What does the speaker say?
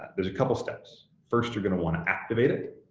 there's a couple steps. first, you're going to want to activate it.